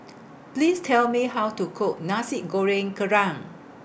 Please Tell Me How to Cook Nasi Goreng Kerang